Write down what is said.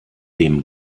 dem